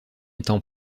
étant